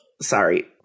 sorry